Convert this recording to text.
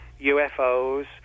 UFOs